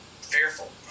fearful